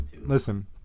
listen